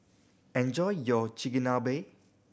enjoy your Chigenabe